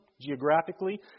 geographically